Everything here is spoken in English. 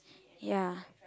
ya